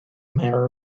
mayor